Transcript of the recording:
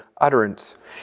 utterance